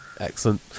Excellent